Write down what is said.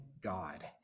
God